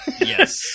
Yes